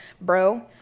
bro